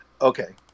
okay